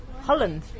Holland